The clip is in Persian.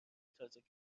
تازگی